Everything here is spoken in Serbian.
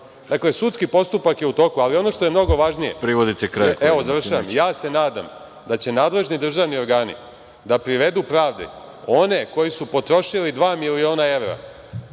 sudski postupak je u toku. Ono što je mnogo važnije, ja se nadam da će nadležni državni organi da privedu pravdi one koji su potrošili dva miliona evra